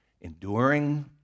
enduring